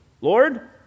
Lord